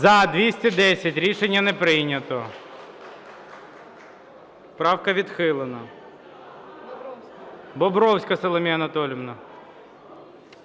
За-210 Рішення не прийнято. Правка відхилена. Бобровська Соломія Анатоліївна.